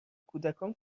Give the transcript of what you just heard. کودکان